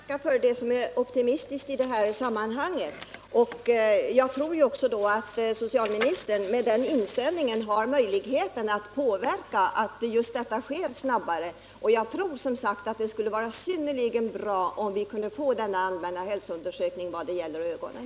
Herr talman! Jag tackar för det positiva i det här sammanhanget och tror att statsrådet med sin inställning kan påverka att utvecklingen går snabbare. Jag tror också att det skulle vara synnerligen bra om vi kunde få denna allmänna undersökning av ögonen.